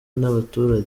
n’abaturage